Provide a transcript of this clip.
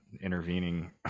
intervening